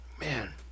Man